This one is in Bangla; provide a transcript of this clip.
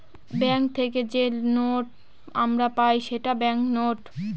ব্যাঙ্ক থেকে যে নোট আমরা পাই সেটা ব্যাঙ্ক নোট